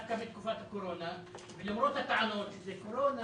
דווקא בתקופת הקורונה ולמרות הטענות שזה קורונה,